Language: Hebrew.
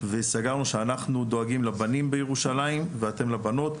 וסגרנו שאנחנו דואגים לבנים בירושלים, ואתם לבנות.